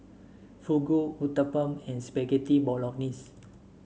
Fugu Uthapam and Spaghetti Bolognese